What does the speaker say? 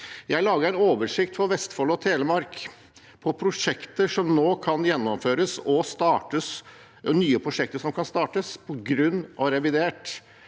Jeg laget en oversikt for Vestfold og Telemark over nye prosjekter som nå kan gjennomføres og startes på grunn av revidert.